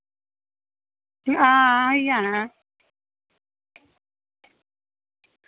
आं जाना ऐ